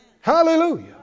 Hallelujah